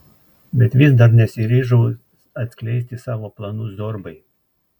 bet vis dar nesiryžau atskleisti savo planų zorbai